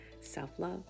self-love